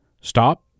Stop